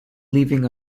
leaving